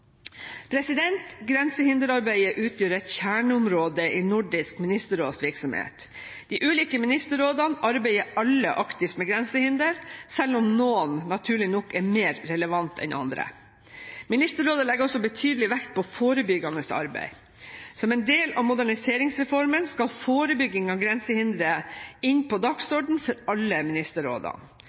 Grensehinderarbeidet utgjør et kjerneområde i Nordisk ministerråds virksomhet. De ulike ministerrådene arbeider alle aktivt med grensehindre – selv om noen naturlig nok er mer relevante enn andre. Ministerrådet legger også betydelig vekt på forebyggende arbeid. Som en del av moderniseringsreformen skal forebygging av grensehindre inn på dagsordenen for alle